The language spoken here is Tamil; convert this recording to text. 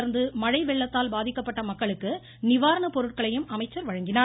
தொடர்ந்து மழை வெள்ளத்தால் பாதிக்கப்பட்ட மக்களுக்கு நிவாரணப் பொருட்களையும் அமைச்சர் வழங்கினார்